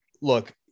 look